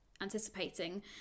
anticipating